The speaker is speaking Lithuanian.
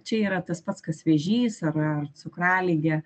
čia yra tas pats kas vėžys ar ar cukraligė